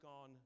on